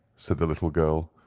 said the little girl.